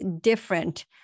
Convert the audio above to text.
different